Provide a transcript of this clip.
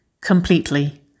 completely